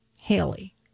Haley